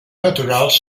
naturals